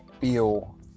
feel